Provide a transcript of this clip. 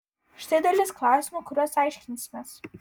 štai dalis klausimų kuriuos aiškinsimės